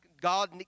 God